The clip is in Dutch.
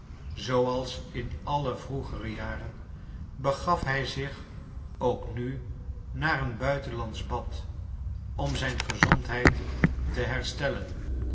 zooals in alle vroegere jaren begaf hij zich ook nu naar een buitenlandsch bad om zijn gezondheid te herstellen